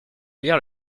lire